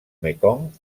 mekong